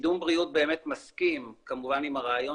קידום בריאות באמת מסכים כמובן עם הרעיון